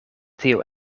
tio